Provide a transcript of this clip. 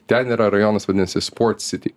ten yra rajonas vadinasi sport sity